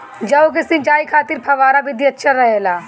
जौ के सिंचाई खातिर फव्वारा विधि अच्छा रहेला?